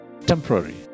temporary